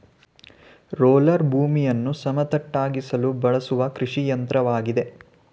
roller ಭೂಮಿಯನ್ನು ಸಮತಟ್ಟಾಗಿಸಲು ಬಳಸುವ ಕೃಷಿಯಂತ್ರವಾಗಿದೆ